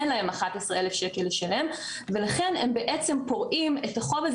אין להם 11 אלף שקל לשלם ולכן הם בעצם פורעים את החוב הזה